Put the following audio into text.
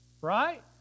right